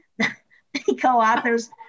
co-authors